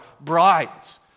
brides